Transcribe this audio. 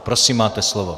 Prosím, máte slovo.